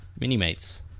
Minimates